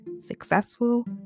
Successful